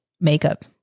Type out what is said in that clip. makeup